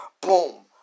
Boom